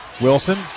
Wilson